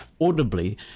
audibly